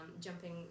jumping